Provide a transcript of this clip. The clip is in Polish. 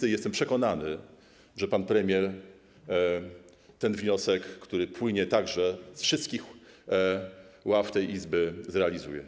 I jestem przekonany, że pan premier ten wniosek, który płynie z wszystkich ław tej Izby, zrealizuje.